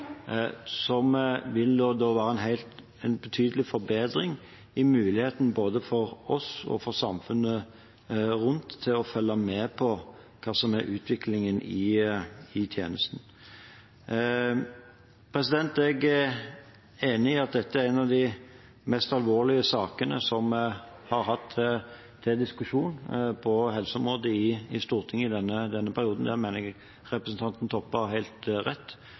vil være en betydelig forbedring i muligheten både for oss og for samfunnet rundt til å følge med på hva som er utviklingen i tjenesten. Jeg er enig i at dette er en av de mest alvorlige sakene som vi hatt til diskusjon på helseområdet i Stortinget denne perioden. Der mener jeg representanten Toppe har helt rett,